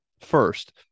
first